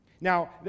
Now